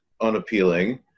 unappealing